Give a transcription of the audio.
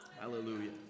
hallelujah